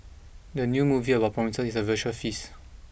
the new movie about food promises a visual feast